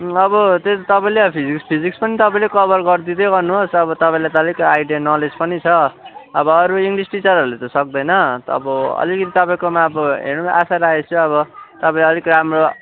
अब त्यही त तपाईँले अब फिजिक्स फिजिक्स पनि तपाईँले कभर गरिदिँदै गर्नुहोस् अब तपाईँलाई त अलिक आइडिया नलेज पनि छ अब अरू इङ्लिस टिचरहरूले त सक्दैन अब अलिकति तपाईँकोमा अब हेर्नु आशा राखेकोछु अब तपाईँ अलिक राम्रो